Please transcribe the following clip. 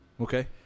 Okay